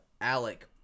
Alec